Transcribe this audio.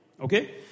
okay